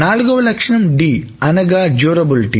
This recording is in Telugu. నాలుగవ లక్షణం D అనగా మన్నిక